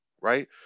right